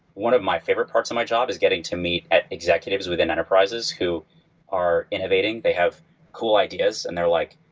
one of my favorite parts of my job is getting to meet at executives within enterprises who are innovating. they have cool ideas and they're like,